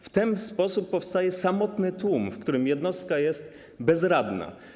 W ten sposób powstaje samotny tłum, w którym jednostka jest bezradna.